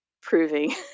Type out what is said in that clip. proving